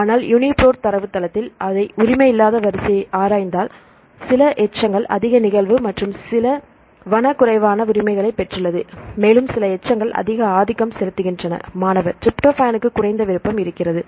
ஆனால் யுனிபிராட் தரவுத்தளத்தில் அதை உரிமை இல்லாத வரிசையை ஆராய்ந்தால் சில எச்சங்கள் அதிக நிகழ்வு மற்றும் சில வன குறைவான உரிமைகளை பெற்றுள்ளது மேலும் சில எச்சங்கள் அதிக ஆதிக்கம் செலுத்துகின்றன மாணவர் டிரிப்டோபனுக்கு குறைந்த விருப்பம் இருக்கிறது